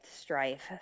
strife